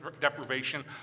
deprivation